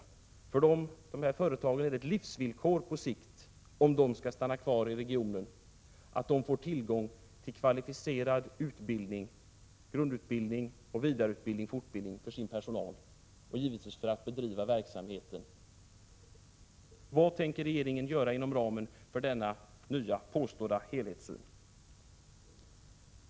För dessa företag är det ett livsvillkor på sikt, om de skall stanna kvar i regionen, att de får tillgång till grundutbildning, vidareoch fortbildning av sin personal för att kunna bedriva verksamheten. Vad tänker regeringen göra inom ramen för den nya påstådda helhetssynen?